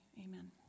amen